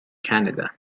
canada